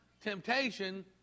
temptation